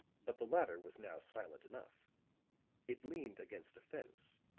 but the latter was now silent enough it leaned against a fence,